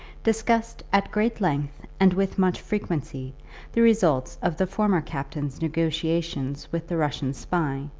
discussed at great length and with much frequency the results of the former captain's negotiations with the russian spy,